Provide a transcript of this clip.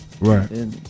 right